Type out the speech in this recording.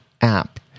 app